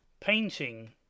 Painting